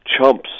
chumps